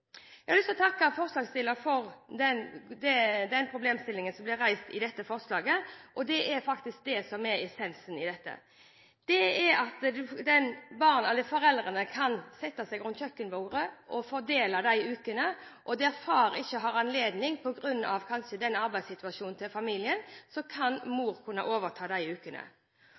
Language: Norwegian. Jeg har lyst til å takke forslagsstillerne for at problemstillingen blir reist i dette forslaget. Det som faktisk er essensen i dette, er at foreldrene kan sette seg rundt kjøkkenbordet og fordele disse ukene. Der far ikke har anledning til å ta ut alle ukene, kanskje på grunn av arbeidssituasjonen, kan mor kunne overta disse ukene.